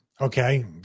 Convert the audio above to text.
okay